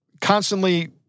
constantly